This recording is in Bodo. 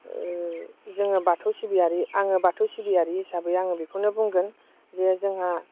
ओह जोङो बाथौ सिबियारि आङो बाथौ सिबियारि हिसाबै आङो बेखौनो बुंगोन जे जोंहा